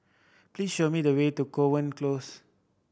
please show me the way to Kovan Close